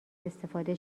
استفاده